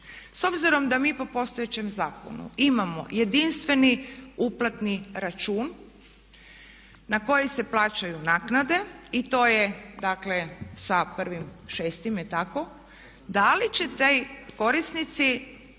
S obzirom da mi po postojećem zakonu imamo jedinstveni uplatni račun na koji se plaćaju naknade i to je dakle sa 1.6. da li će ti korisnici